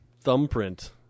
thumbprint